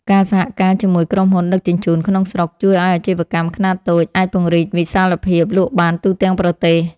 ការសហការជាមួយក្រុមហ៊ុនដឹកជញ្ជូនក្នុងស្រុកជួយឱ្យអាជីវកម្មខ្នាតតូចអាចពង្រីកវិសាលភាពលក់បានទូទាំងប្រទេស។